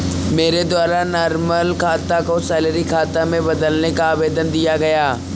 मेरे द्वारा नॉर्मल खाता को सैलरी खाता में बदलने का आवेदन दिया गया